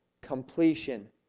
completion